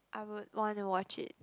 I would want to watch it